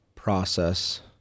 Process